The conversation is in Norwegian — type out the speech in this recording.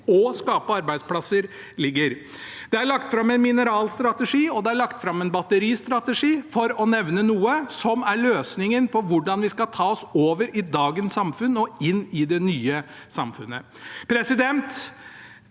og å skape arbeidsplasser – ligger. Det er lagt fram en mineralstrategi, og det er lagt fram en batteristrategi, for å nevne noe, som er løsningene på hvordan vi skal ta oss over fra dagens samfunn og inn i det nye samfunnet.